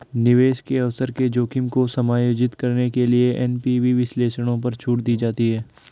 निवेश के अवसर के जोखिम को समायोजित करने के लिए एन.पी.वी विश्लेषणों पर छूट दी जाती है